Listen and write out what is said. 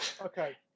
Okay